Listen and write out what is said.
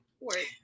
work